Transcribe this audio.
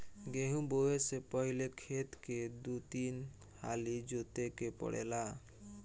गेंहू बोऐ से पहिले खेत के दू तीन हाली जोते के पड़ेला